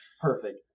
Perfect